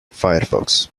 firefox